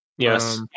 Yes